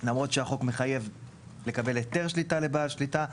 למרות שהחוק מחייב לקבל היתר שליטה לבעל שליטה.